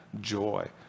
joy